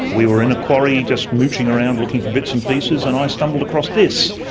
we were in a quarry just mooching around looking for bits and pieces and i stumbled across this.